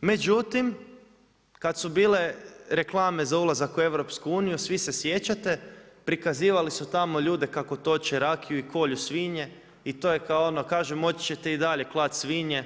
Međutim, kad su bile reklame za ulazak u EU, svi se sjećate, prikazivali su tamo ljude kako toče rakiju i kolju svinje, i to je kao ono kažu moći ćete i dalje klati svinje,